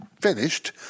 finished